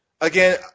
again